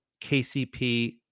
KCP